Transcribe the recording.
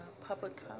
public